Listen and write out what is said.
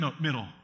middle